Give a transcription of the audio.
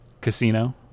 Casino